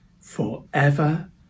forever